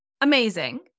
amazing